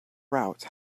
route